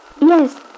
Yes